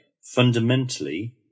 fundamentally